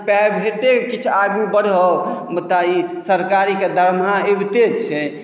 प्राइवेटे किछु आगू बढ़ए मुदा ई सरकारीके दरमाहा अबिते छै